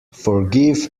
forgive